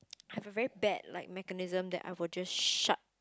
I have a very bad like mechanism that I will just shut